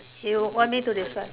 you want me to describe